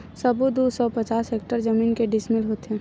सबो दू सौ पचास हेक्टेयर जमीन के डिसमिल होथे?